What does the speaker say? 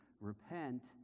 repent